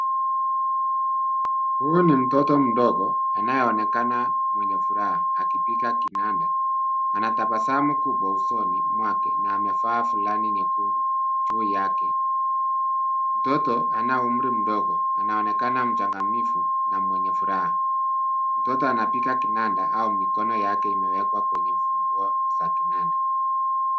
Huyu ni mtoto mdogo, anayeonekana mwenye furaha akipiga kinanda. Ana tabasamu kubwa usoni mwake, na amevaa fulana nyekundu, juu yake. Mtoto ana umri mdogo, anaonekana mchangamfu na mwenye furaha. Mtoto anapiga kinanda, au mikono yake imewekwa kwenye ufunguo za kinanda.